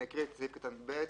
אני אקרא את סעיף קטן (ב).